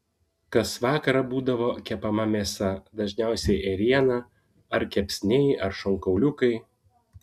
kas vakarą būdavo kepama mėsa dažniausiai ėriena ar kepsniai ar šonkauliukai